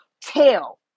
tail